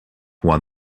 won